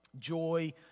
joy